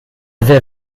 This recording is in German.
wer